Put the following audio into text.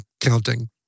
counting